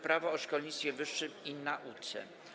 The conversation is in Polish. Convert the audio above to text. Prawo o szkolnictwie wyższym i nauce.